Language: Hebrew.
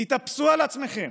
תתאפסו על עצמכם.